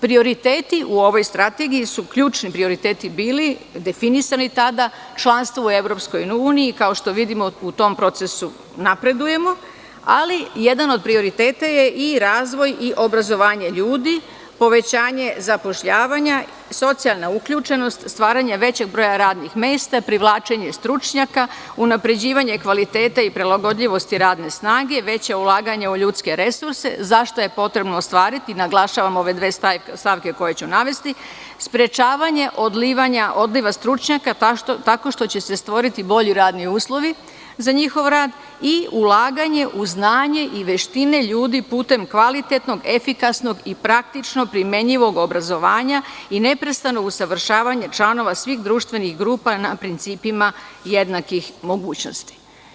Prioriteti u ovoj strategiji su ključni prioriteti bili, definisani tada, članstvo u EU, kao što vidimo, u tom procesu napredujemo, ali jedan od prioriteta je i razvoj i obrazovanje ljudi, povećanje zapošljavanja, socijalna uključenost, stvaranje većeg broja radnih mesta, privlačenje stručnjaka, unapređivanje kvaliteta i prilagodljivosti radne snage, veća ulaganja u ljudske resurse, zašto je potrebno ostvariti, naglašavam ove dve stavke koje ću navesti, sprečavanje odliva stručnjaka tako što će se stvoriti bolji radni uslovi za njihov rad i ulaganje u znanje i veštine ljudi putem kvalitetnog, efikasnog i praktično primenjivog obrazovanja i neprestano usavršavanje članova svih društvenih grupa na principima jednakih mogućnosti.